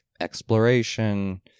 exploration